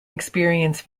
experience